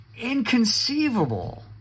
Inconceivable